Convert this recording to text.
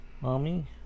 Mommy